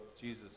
Jesus